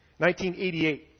1988